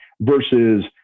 versus